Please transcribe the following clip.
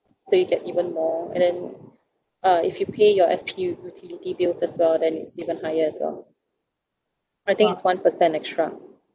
so you get even more and then uh if you pay your S_P utility bills as well then it's even higher as well I think it's one percentage extra